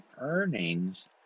earnings